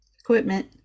equipment